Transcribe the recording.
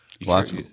Lots